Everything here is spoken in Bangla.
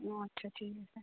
ও আচ্ছা ঠিক আছে